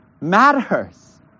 matters